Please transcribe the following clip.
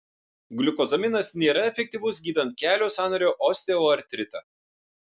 gliukozaminas nėra efektyvus gydant kelio sąnario osteoartritą